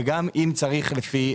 וגם אם צריך לפי